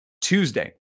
Tuesday